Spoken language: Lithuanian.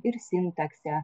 ir sintaksę